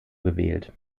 gewählt